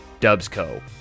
Dubsco